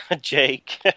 Jake